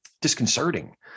disconcerting